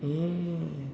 mm